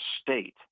state